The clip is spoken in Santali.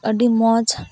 ᱟᱹᱰᱤ ᱢᱚᱡᱽ